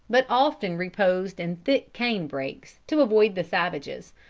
but often reposed in thick cane brakes, to avoid the savages,